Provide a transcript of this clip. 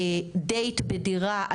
דייט בדירה,